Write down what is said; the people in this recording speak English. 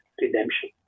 redemption